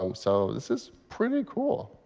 um so this is pretty cool.